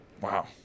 Wow